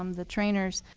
um the trainers,